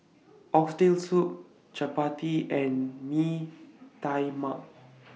Oxtail Soup Chappati and Mee Tai Mak